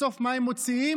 בסוף, מה הם מוציאים?